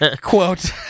quote